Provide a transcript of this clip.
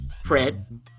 Fred